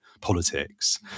politics